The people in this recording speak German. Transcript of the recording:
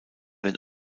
den